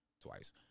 twice